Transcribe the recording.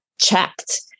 checked